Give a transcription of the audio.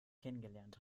kennengelernt